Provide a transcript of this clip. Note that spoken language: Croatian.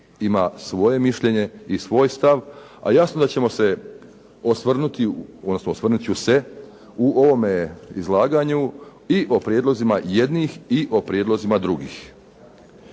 ima svoje mišljenje i svoj stav, a jasno da ćemo se osvrnuti, odnosno osvrnut ću se u ovome izlaganju i o prijedlozima jednih i o prijedlozima drugih.